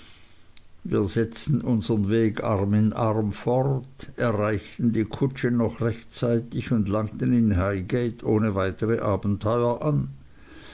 wir setzten unsern weg arm in arm fort erreichten die kutsche noch rechtzeitig und langten in highgate ohne weitere abenteuer an